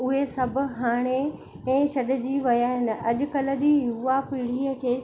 उहे सभु हाणे इहे छॾिजी विया आहिनि अॼुकल्ह जी युवा पीढ़ीअ खे